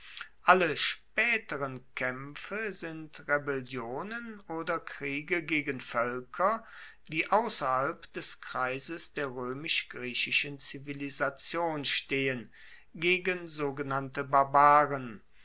alle spaeteren kaempfe sind rebellionen oder kriege gegen voelker die ausserhalb des kreises der roemisch griechischen zivilisation stehen gegen sogenannte barbaren